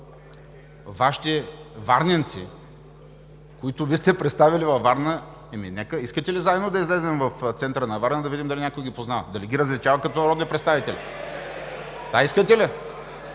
Вашите варненци, които Вие сте представили във Варна, искате ли заедно да излезем в центъра на Варна и да видим дали някой ги познава, дали ги различават като народни представители?! (Смях.) Искате ли?!